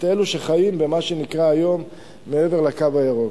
את אלו שחיים במה שנקרא היום מעבר ל"קו הירוק".